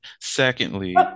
Secondly